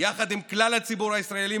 יחד עם כלל הציבור הישראלי,